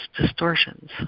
distortions